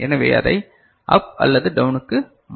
எனவே அதை அப் அல்லது டவுனுக்கு மாற்றலாம்